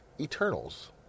Eternals